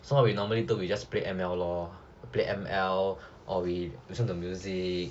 so what we normally do we just play M_L lor play M_L or we listen to music